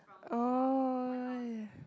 oh